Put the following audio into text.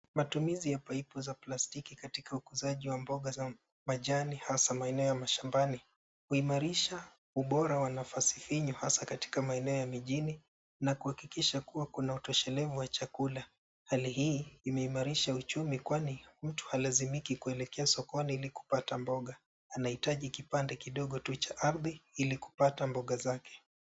Matumizi ya paipu za plastiki katika ukuzaji wa mboga za majani hasa maeneo ya mashambani huimarisha ubora wa nafasi finyu hasa katika maeneo ya mijini na kuhakikisha kuwa kuna utoshelevu wa chakula. Hali hii imeimarisha uchumi kwani mtu halazimiki kuelekea sokoni ili kupata mboga. Anahitaji kipande kidogo tu cha ardhi ili kupata mboga zake.